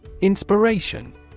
Inspiration